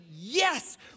Yes